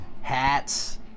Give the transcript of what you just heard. hats